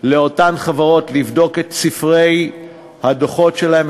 לאותן חברות לבדוק את ספרי הדוחות שלהן,